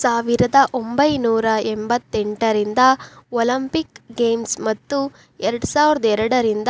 ಸಾವಿರದ ಒಂಬೈನೂರ ಎಂಬತ್ತೆಂಟರಿಂದ ಒಲಂಪಿಕ್ ಗೇಮ್ಸ್ ಮತ್ತು ಎರಡು ಸಾವಿರದ ಎರಡರಿಂದ